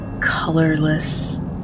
colorless